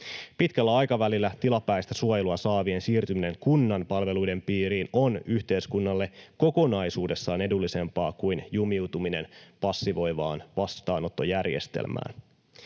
Pitkällä aikavälillä tilapäistä suojelua saavien siirtyminen kunnan palveluiden piiriin on yhteiskunnalle kokonaisuudessaan edullisempaa kuin jumiutuminen passivoivaan vastaanottojärjestelmään.